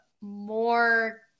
more